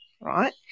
right